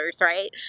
right